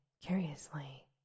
curiously